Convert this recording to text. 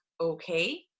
okay